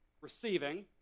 receiving